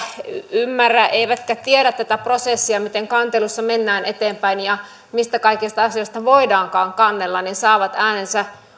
ymmärrä eivätkä tiedä tätä prosessia miten kantelussa mennään eteenpäin ja mistä kaikista asioista voidaankaan kannella saavat äänensä